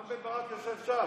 רם בן ברק יושב שם,